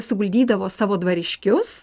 suguldydavo savo dvariškius